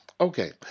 Okay